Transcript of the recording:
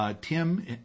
Tim